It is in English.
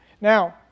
Now